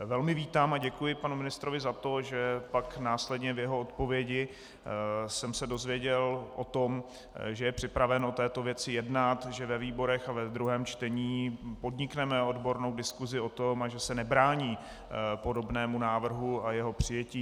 Velmi vítám a děkuji panu ministrovi za to, že pak následně v jeho odpovědi jsem se dozvěděl o tom, že je připraven o této věci jednat, že ve výborech a ve druhém čtení podnikneme odbornou diskusi o tom a že se nebrání podobnému návrhu a jeho přijetí.